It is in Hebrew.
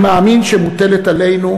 אני מאמין שמוטלת עלינו,